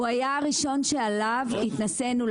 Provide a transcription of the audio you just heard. הוא היה הראשון שעליו התנסינו,